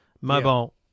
mobile